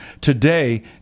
today